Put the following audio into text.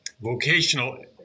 Vocational